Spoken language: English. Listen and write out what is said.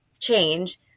change